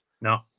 No